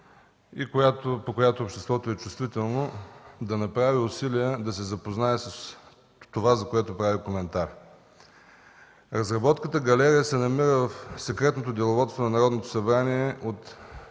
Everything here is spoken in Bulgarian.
и по която обществото е чувствително, да направи усилия да се запознае с това, за което прави коментара. Разработката „Галерия” се намира в секретното деловодство на Народното събрание